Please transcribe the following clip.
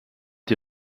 die